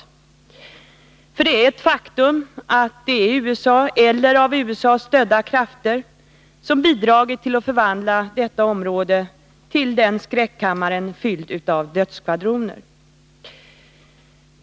Det är nämligen ett faktum att det är USA eller av USA stödda krafter som bidragit till att förvandla detta område till en skräckkammare, fylld av dödsskvadroner.